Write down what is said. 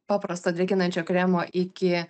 paprasto drėkinančio kremo iki